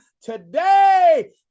today